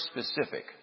specific